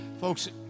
Folks